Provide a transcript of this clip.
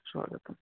स्वागतम्